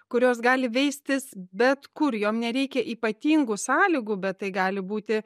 kurios gali veistis bet kur jom nereikia ypatingų sąlygų bet tai gali būti